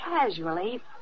casually